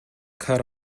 cut